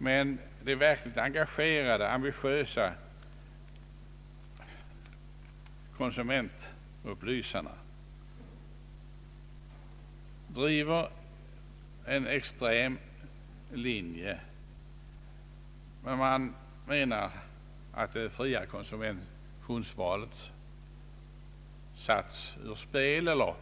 Men de verkligt engagerade konsumentupplysarna driver en extrem linje, när de menar att det fria konsumtionsvalet satts ur spel eller